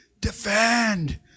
Defend